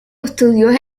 estudió